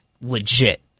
legit